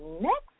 next